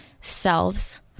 selves